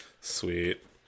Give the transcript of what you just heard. sweet